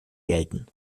gelten